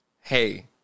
hey